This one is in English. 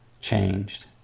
changed